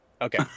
Okay